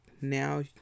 Now